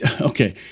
Okay